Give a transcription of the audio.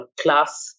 class